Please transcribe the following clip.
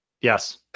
Yes